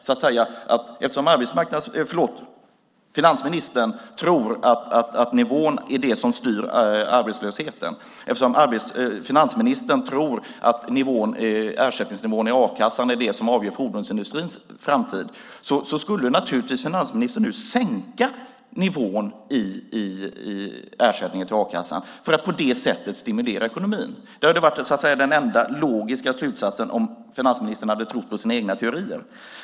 Eftersom finansministern tror att det är nivån som styr arbetslösheten, eftersom finansministern tror att ersättningsnivån i a-kassan avgör fordonsindustrins framtid skulle finansministern naturligtvis sänka nivån på ersättningen i a-kassan för att på det sättet stimulera ekonomin. Det hade varit den enda logiska slutsatsen om finansministern hade trott på sina egna teorier.